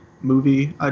movie